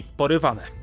porywane